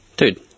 Dude